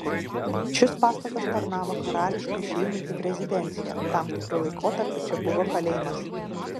šis pastatas tarnavo karališkai šeimai kaip rezidencija tam tikru laikotarpiu čia buvo kalėjimas